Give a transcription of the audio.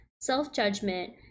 self-judgment